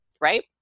right